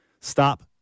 stop